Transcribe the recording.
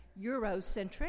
Eurocentric